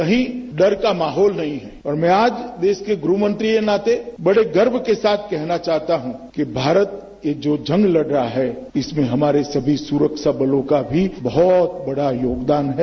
कहीं डर का माहौल नहीं है और मैं आज देश के गृहमंत्री के नाते बड़े गर्व के साथ कहना चाहता हूं कि भारत ये जो जंग लड़ रहा है इसमें हमारे सुरक्षाबलों का भी बहुत बड़ा योगदान है